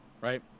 right